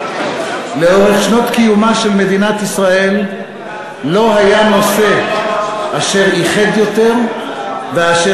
לאורך שנות קיומה של מדינת ישראל לא היה נושא אשר איחד יותר ואשר